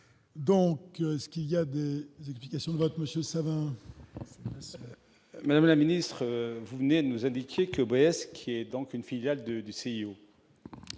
Donc ce qu'il y a, dès l'explication de vote Monsieur Samin. Madame la ministre, vous venez de nous indiquer que qui est donc une filiale de du CIO